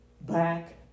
back